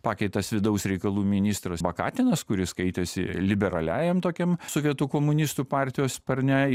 pakviestas vidaus reikalų ministras bakatinas kuris skaitėsi liberaliajam tokiam sovietų komunistų partijos sparne ir